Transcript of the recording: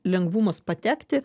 lengvumas patekti